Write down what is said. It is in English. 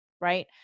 right